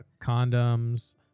condoms